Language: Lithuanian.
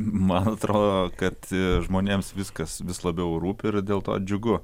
man atrodo kad žmonėms viskas vis labiau rūpi ir dėl to džiugu